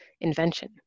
invention